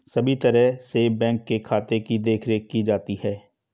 सभी तरह से बैंक के खाते की देखरेख भी की जाती है